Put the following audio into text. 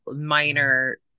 minor